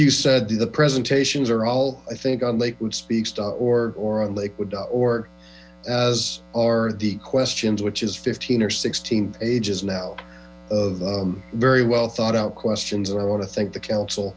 you said the presentations are all i think on lakewood speak star or on lakewood or as are the questions which is fifteen or sixteen ages now of very well thought out questions i want to thank the council